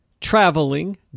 traveling